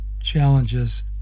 challenges